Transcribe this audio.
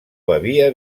bevia